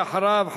ואחריו,